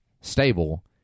stable